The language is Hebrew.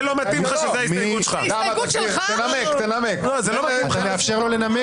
--- אתה מאפשר לו לנמק?